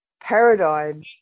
paradigm